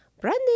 Brandy